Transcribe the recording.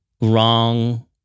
wrong